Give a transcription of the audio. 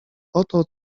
oto